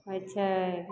होइ छै